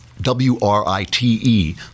W-R-I-T-E